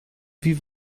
wie